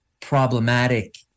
problematic